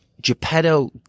Geppetto